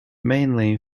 mainly